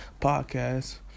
Podcast